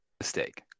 mistake